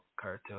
cartoon